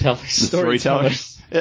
Storytellers